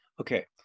Okay